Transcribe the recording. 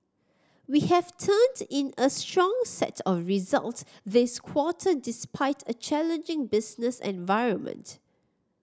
we have turned in a strong set of results this quarter despite a challenging business environment